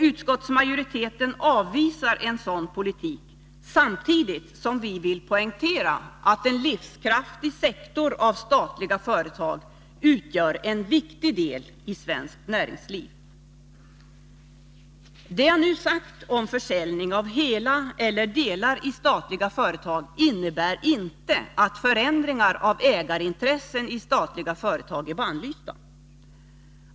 Utskottsmajoriteten avvisar en sådan politik samtidigt som vi vill poängtera att en livskraftig sektor av statliga företag utgör en viktig del av svenskt näringsliv. Det jag nu sagt om försäljning av hela eller delar i statliga företag innebär inte att förändringar av ägarintressen i statliga företag är bannlysta.